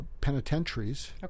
penitentiaries